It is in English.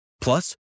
Plus